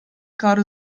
gerade